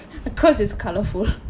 cause it's colourful